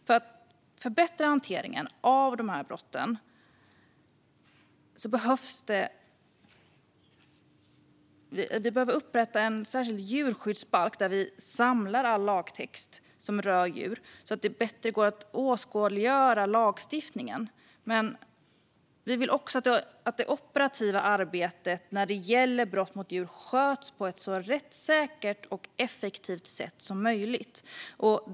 För att förbättra hanteringen av dessa brott behöver vi upprätta en särskild djurskyddsbalk, där vi samlar all lagtext som rör djur så att det bättre går att åskådliggöra lagstiftningen. Men vi vill också att det operativa arbetet när det gäller brott mot djur sköts på ett så rättssäkert och effektivt sätt som möjligt.